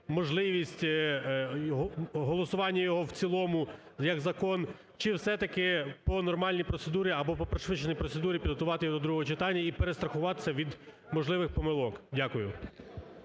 можливість голосування його в цілому як закон. Чи все-таки по нормальній процедурі або по пришвидшеній процедурі підготувати його до другого читання і перестрахуватися від можливих помилок. Дякую.